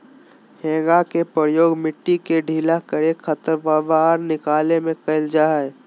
हेंगा के प्रयोग मिट्टी के ढीला करे, खरपतवार निकाले में करल जा हइ